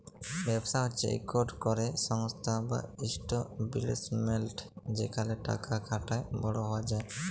ব্যবসা হছে ইকট ক্যরে সংস্থা বা ইস্টাব্লিশমেল্ট যেখালে টাকা খাটায় বড় হউয়া যায়